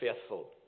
Faithful